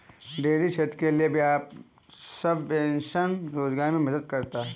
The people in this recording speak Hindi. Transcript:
डेयरी क्षेत्र के लिये ब्याज सबवेंशन रोजगार मे मदद करता है